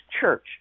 church